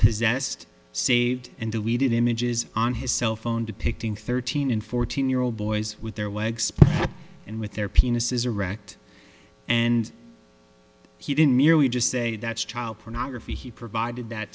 possessed saved and deleted images on his cell phone depicting thirteen and fourteen year old boys with their legs and with their penises erect and he didn't just say that's child pornography he provided that